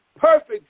perfect